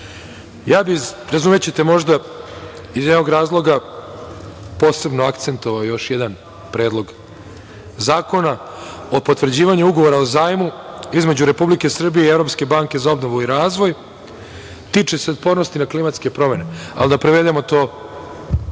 bih, razumećete možda, iz jednog razloga, posebno akcentovao još jedan Predlog zakona o potvrđivanju Ugovora o zajmu između Republike Srbije i Evropske banke za obnovu i razvoj. Tiče se otpornosti na klimatske promene, ali da prevedemo to na